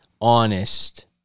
honest